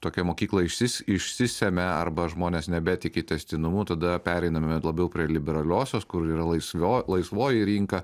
tokia mokykla išsis išsisemia arba žmonės nebetiki tęstinumu tada pereiname labiau prie liberaliosios kur yra laisvio laisvoji rinka